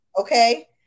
Okay